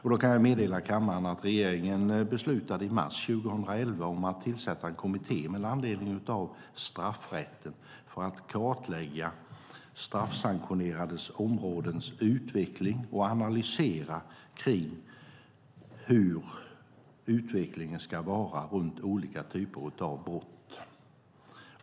Jag kan meddela kammaren att regeringen beslutade i mars 2011 om att tillsätta en kommitté om straffrätten för att kartlägga straffsanktionerade områdens utveckling och analysera hur utvecklingen ska vara för olika typer av brott.